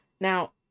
Now